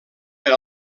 per